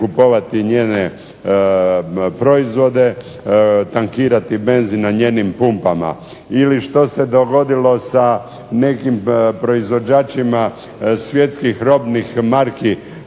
kupovati njene proizvode, tankirati benzin na njenim pumpama ili što se dogodilo sa nekim proizvođačima svjetskih robnih marki